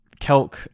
kelk